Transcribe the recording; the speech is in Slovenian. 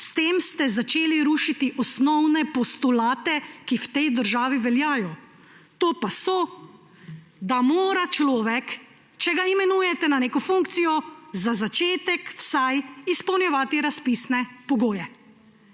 s tem ste začeli rušiti osnovne postulate, ki v tej državi veljajo. To pa so, da mora človek, če ga imenujete na neko funkcijo, za začetek vsaj izpolnjevati razpisne pogoje.